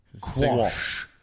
Quash